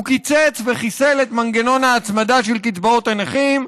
הוא קיצץ וחיסל את מנגנון ההצמדה של קצבאות הנכים,